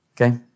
Okay